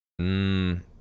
Mmm